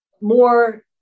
more